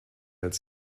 als